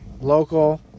local